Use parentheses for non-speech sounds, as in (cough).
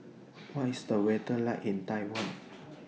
What IS The weather like in Taiwan (noise)